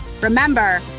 Remember